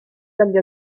dagli